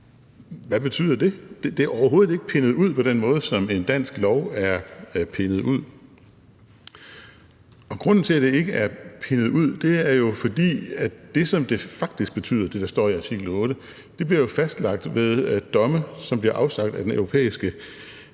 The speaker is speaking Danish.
hvad betyder det? Det er overhovedet ikke pindet ud på den måde, som en dansk lov er pindet ud. Grunden til, at det ikke er pindet ud, er jo, at det, der står i artikel 8, faktisk betyder, at det bliver fastlagt ved domme, som bliver afsagt af Den Europæiske